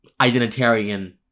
identitarian